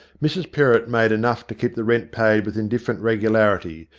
mrs perrott made enough to keep the rent paid with indifferent regularity,